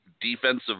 defensive